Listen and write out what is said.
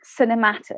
cinematic